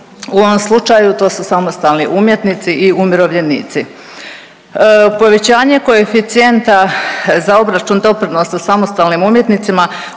U ovom slučaju to su samostalni umjetnici i umirovljenici. Povećanje koeficijenta za obračun doprinosa samostalnim umjetnicima